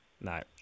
No